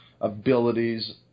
abilities